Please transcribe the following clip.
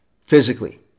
physically